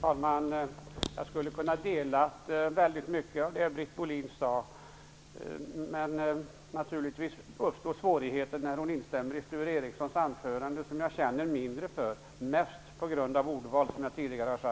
Herr talman! Jag kan dela mycket av det som Britt Bohlin sade, men det uppstår naturligtvis svårigheter när hon instämmer i Sture Ericsons anförande, vilket jag känner mindre för, mest på grund av hans ordval.